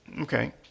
Okay